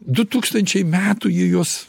du tūkstančiai metų ji juos